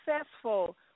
successful